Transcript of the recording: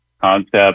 concept